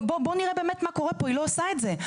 בואו נראה באמת מה קורה פה' היא לא עושה את זה.